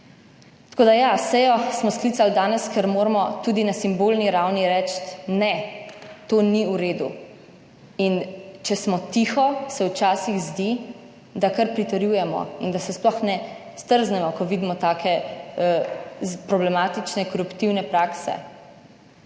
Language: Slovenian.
Tako da, ja, sejo smo sklicali danes, ker moramo tudi na simbolni ravni reči, ne, to ni v redu. In če smo tiho se včasih zdi, da kar pritrjujemo, in da se sploh ne zdrznemo, ko vidimo take problematične koruptivne prakse.